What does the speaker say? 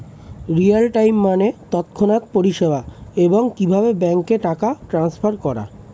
real time মানে তৎক্ষণাৎ পরিষেবা, এবং কিভাবে ব্যাংকে টাকা ট্রান্সফার করা